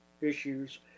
issues